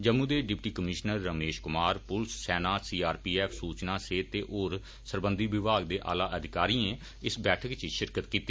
जम्मू दे deputy commissioner Ramesh Kumar पुलस सेना सी आर पी एफ सूचना सेहत ते होर सरबंधते विभाग दे आला अधिकारिए इस बैठक इच शिरकत कीती